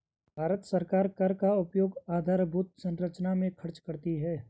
भारत सरकार कर का उपयोग आधारभूत संरचना में खर्च करती है